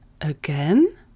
again